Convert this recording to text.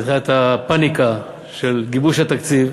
מתחילת הפניקה של גיבוש התקציב.